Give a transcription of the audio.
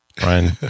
Ryan